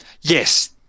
Yes